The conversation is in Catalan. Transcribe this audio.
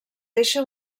deixa